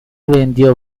vendió